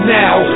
now